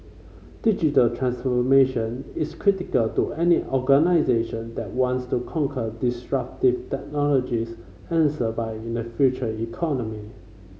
digital transformation is critical to any organisation that wants to conquer disruptive technologies and survive in the Future Economy